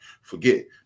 forget